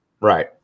Right